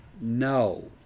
No